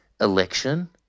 election